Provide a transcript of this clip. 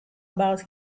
about